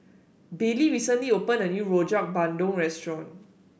Bailey recently opened a new Rojak Bandung restaurant